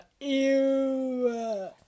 Ew